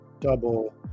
double